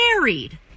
married